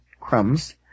crumbs